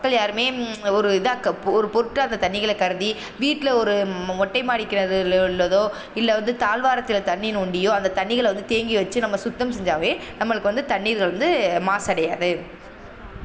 மக்கள் யாருமே ஒரு இதாக ஒரு பொருட்டாக அந்த தண்ணிகளை கருதி வீட்டில் ஒரு மொட்டை மாடி கிணறு இல்லை இல்லை ஏதோ இல்லை வந்து தாழ்வாரத்துல தண்ணி நோண்டியோ அந்த தண்ணிகளை வந்து தேக்கி வச்சு நம்ம சுத்தம் செஞ்சாலே நம்மளுக்கு வந்து தண்ணீர்கள் வந்து மாசடையாது